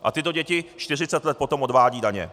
A tyto děti čtyřicet let potom odvádějí daně.